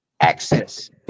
access